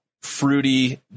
fruity